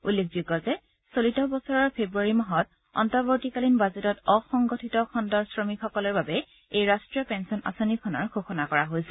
উল্লেখযোগ্য যে চলিত বছৰৰ ফেব্ৰুবাৰীত মাহত অন্তৱৰ্তীকালীন বাজেটত অসংগঠিত খণ্ডৰ শ্ৰমিক সকলৰ বাবে এই ৰাষ্ট্ৰীয় পেঙ্গন আঁচনিখনৰ ঘোষণা কৰা হৈছিল